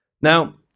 Now